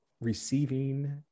receiving